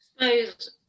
suppose